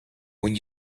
when